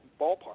ballpark